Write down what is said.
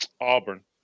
auburn